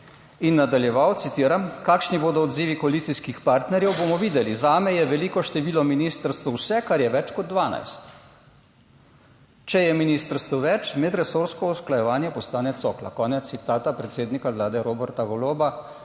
In nadaljeval, citiram: "Kakšni bodo odzivi koalicijskih partnerjev, bomo videli. Zame je veliko število ministrstev vse, kar je več kot 12. Če je ministrstev več, medresorsko usklajevanje postane cokla." Konec citata predsednika Vlade Roberta Goloba